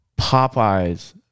Popeyes